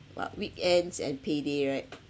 !wah! weekends and payday right is